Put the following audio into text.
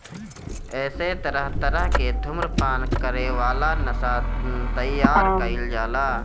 एसे तरह तरह के धुम्रपान करे वाला नशा तइयार कईल जाला